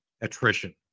attrition